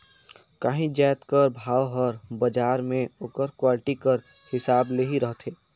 काहींच जाएत कर भाव हर बजार में ओकर क्वालिटी कर हिसाब ले ही रहथे